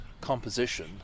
composition